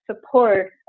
support